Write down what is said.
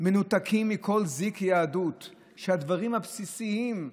מנותקים מכל זיק יהדות, שהדברים הבסיסים,